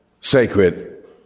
sacred